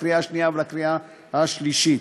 לקריאה השנייה ולקריאה השלישית.